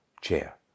chair